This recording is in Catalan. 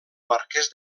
marquès